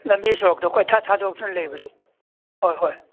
ꯂꯝꯕꯤ ꯁꯣꯔꯣꯛꯇ ꯀꯣꯏꯊꯥ ꯊꯥꯗꯣꯛꯇꯅ ꯂꯩꯕꯗꯣ ꯍꯣꯏ ꯍꯣꯏ